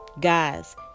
guys